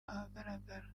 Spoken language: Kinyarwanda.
ahagaragara